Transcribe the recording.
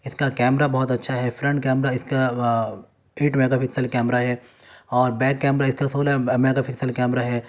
اس کا کیمرا بہت اچھا ہے فرنٹ کیمرا اس کا ایٹ میگا پکسل کیمرا ہے اور بیک کیمرا ایک سو سولہ میگا پکسل کیمرا ہے